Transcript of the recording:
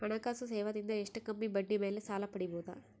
ಹಣಕಾಸು ಸೇವಾ ದಿಂದ ಎಷ್ಟ ಕಮ್ಮಿಬಡ್ಡಿ ಮೇಲ್ ಸಾಲ ಪಡಿಬೋದ?